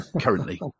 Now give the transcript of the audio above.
currently